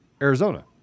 Arizona